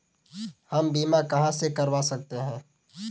हम बीमा कहां से करवा सकते हैं?